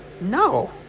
No